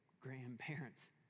grandparents